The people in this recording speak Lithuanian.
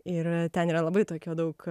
ir ten yra labai tokio daug